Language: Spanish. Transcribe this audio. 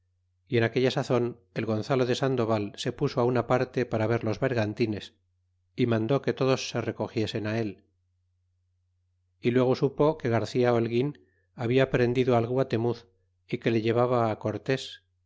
y en aquella sazon el gonzalo de sandoval se puso una parte para ver los bergantines y mandó que todos se recogiesen él y luego supo que garcia holguin habia prendido al guatemuz y que le llevaba cortés